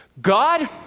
God